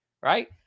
Right